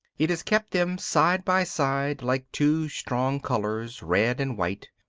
it has kept them side by side like two strong colours, red and white,